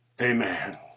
amen